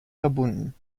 verbunden